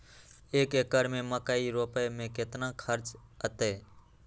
एक एकर में मकई रोपे में कितना खर्च अतै?